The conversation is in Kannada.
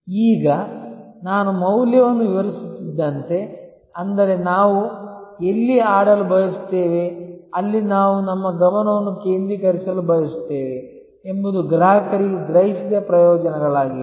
ಈಗ ನಾನು ಮೌಲ್ಯವನ್ನು ವಿವರಿಸುತ್ತಿದ್ದಂತೆ ಅಂದರೆ ನಾವು ಎಲ್ಲಿ ಆಡಲು ಬಯಸುತ್ತೇವೆ ಅಲ್ಲಿ ನಾವು ನಮ್ಮ ಗಮನವನ್ನು ಕೇಂದ್ರೀಕರಿಸಲು ಬಯಸುತ್ತೇವೆ ಎಂಬುದು ಗ್ರಾಹಕರಿಗೆ ಗ್ರಹಿಸಿದ ಪ್ರಯೋಜನಗಳಾಗಿವೆ